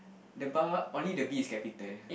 the bar only the B is capital